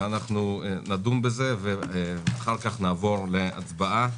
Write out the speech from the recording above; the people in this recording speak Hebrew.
ואנחנו נדון בזה ואחר כך נעבור להצבעות,